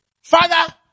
Father